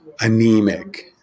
anemic